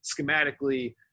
schematically